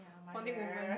founding women